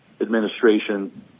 administration